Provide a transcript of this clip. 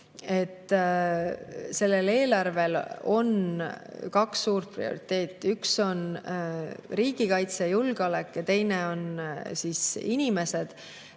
et sellel eelarvel on kaks suurt prioriteeti: üks on riigikaitse ja julgeolek, teine on inimesed.